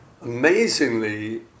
amazingly